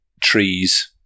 trees